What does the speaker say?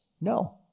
No